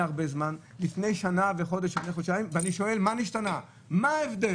עו"ד בליי, במהות זה נעשה --- חבר הכנסת ארבל,